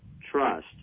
trust